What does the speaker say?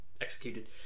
executed